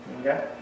Okay